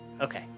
Okay